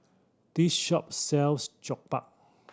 this shop sells Jokbal